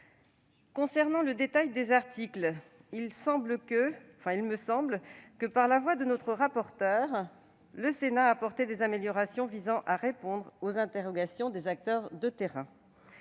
concerne le détail des articles, il me semble que le Sénat, par la voix de son rapporteur, a apporté des améliorations visant à répondre aux interrogations des acteurs de terrain.